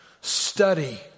study